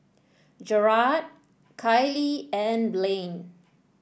Jerrad Kailee and Blaine